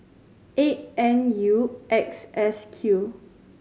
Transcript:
eight N U X S Q